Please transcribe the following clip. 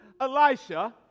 Elisha